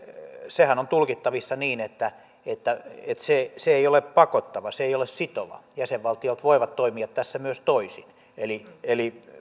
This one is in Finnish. on tulkittavissa niin että että se se ei ole pakottava se ei ole sitova jäsenvaltiot voivat toimia tässä myös toisin eli eli ne